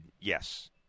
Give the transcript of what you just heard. yes